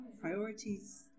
priorities